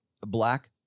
black